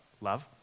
love